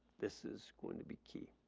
this is going to be key.